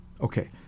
Okay